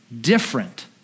different